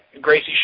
Gracie